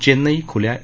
चेन्नई खुल्या ए